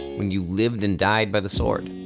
when you lived and died by the sword,